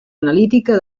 analítica